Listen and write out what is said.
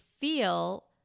feel